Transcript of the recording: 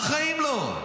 בחיים לא.